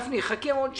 חכה עוד שבוע,